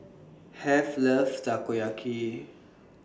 Heath loves Takoyaki